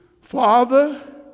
Father